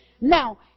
Now